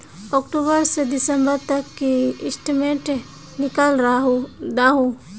अक्टूबर से दिसंबर तक की स्टेटमेंट निकल दाहू?